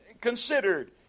considered